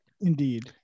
Indeed